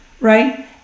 right